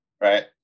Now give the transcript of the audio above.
Right